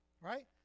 right